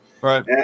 Right